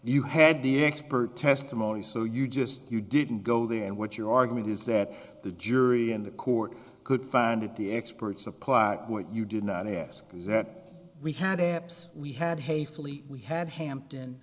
you had the expert testimony so you just you didn't go there and what your argument is that the jury and the court could find it the experts apply what you do not ask is that we had we had hastily we had hampton